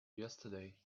yesterday